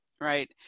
right